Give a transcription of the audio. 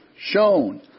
shown